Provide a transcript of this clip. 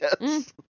Yes